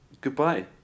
Goodbye